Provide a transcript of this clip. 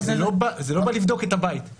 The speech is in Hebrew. זה לא בא לבדוק את הבית,